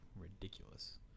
ridiculous